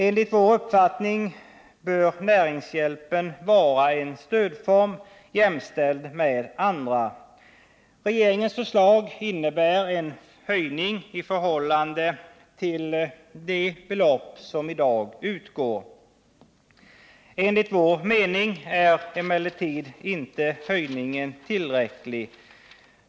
Enligt vår uppfattning bör näringshjälpen vara en stödform jämställd med andra. Regeringens förslag innebär en höjning i förhållande till de belopp som i dag utgår. Enligt vår mening är emellertid inte höjningen tillräcklig.